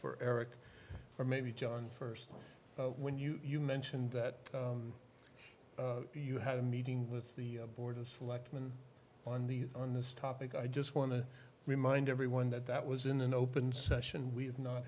for eric or maybe john first when you you mentioned that you had a meeting with the board of selectmen on the on this topic i just want to remind everyone that that was in an open session we have not